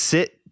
Sit